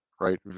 right